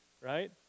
right